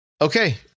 okay